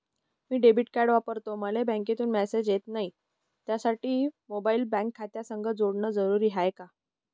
मी debit card वापरतो मले बँकेतून मॅसेज येत नाही, त्यासाठी मोबाईल बँक खात्यासंग जोडनं जरुरी हाय का?